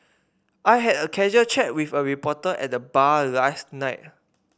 I had a casual chat with a reporter at the bar last night